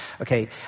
Okay